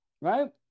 Right